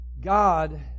God